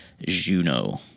Juno